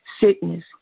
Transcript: sickness